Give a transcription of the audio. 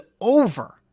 over